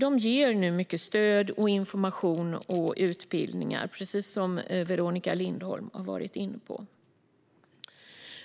Man ger mycket stöd, information och utbildningar, precis som Veronica Lindholm var inne på.